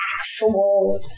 actual